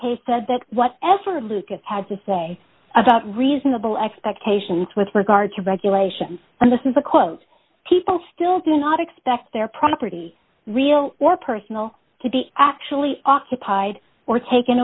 case said that what esther lucas had to say about reasonable expectations with regard to regulations and this is a quote people still do not expect their property real or personal to be actually occupied or taken